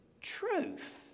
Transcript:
Truth